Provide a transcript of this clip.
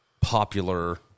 popular